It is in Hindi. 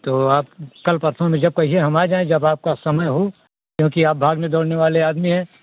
तो आप कल परसों में जब कहिए हम आ जाए जब आपके पास समय हो क्योंकि आप भागने दौड़ने वाले आदमी हैं